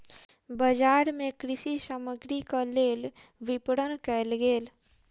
बजार मे कृषि सामग्रीक लेल विपरण कयल गेल